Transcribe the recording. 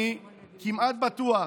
אני כמעט בטוח,